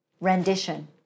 rendition